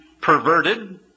perverted